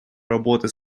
работы